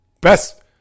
best